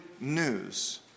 news